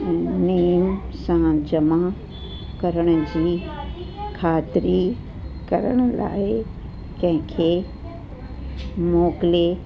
नेम सां जमा करण जी खातिरी करण लाइ कंहिंखे मोकिले